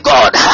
God